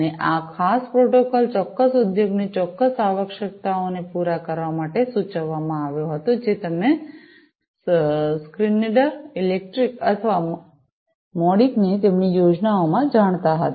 અને આ ખાસ પ્રોટોકોલ ચોક્કસ ઉદ્યોગની ચોક્કસ આવશ્યકતાઓને પૂરા કરવા માટે સૂચવવામાં આવ્યો હતો જે તમે સ્કીનીડર ઇલેક્ટ્રિક અથવા મોડિકને તેમની યોજનાઓમાં જાણતા હતા